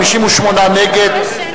58 נגד,